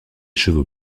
chevaux